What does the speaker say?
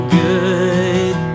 good